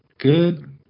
good